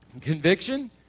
conviction